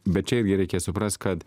bet čia irgi reikia suprast kad